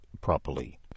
properly